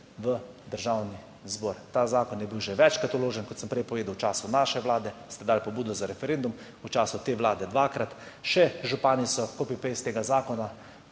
v Državni zbor. Ta zakon je bil že večkrat vložen, kot sem prej povedal, v času naše vlade, ste dali pobudo za referendum, v času te vlade dvakrat, še župani so copy-paste tega zakona